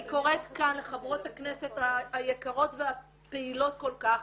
אני קוראת כאן לחברות הכנסת היקרות והפעילות כל כך,